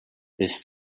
bis